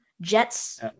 Jets